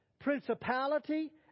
principality